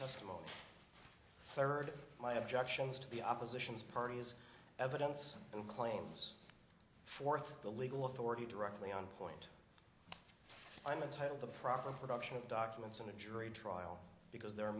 testimony third my objections to the opposition's parties evidence and claims fourth the legal authority directly on point i'm entitled the proper production of documents and a jury trial because there are